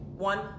one